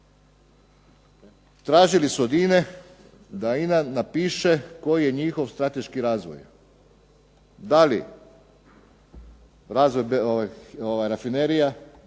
tražili su od INA-e da INA napiše koji je njihov strateški razvoj. Da li razvoj rafinerija,